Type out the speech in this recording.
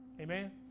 Amen